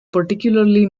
particularly